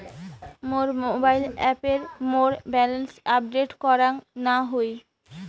মোর mobile অ্যাপে মোর balance update করাং না হই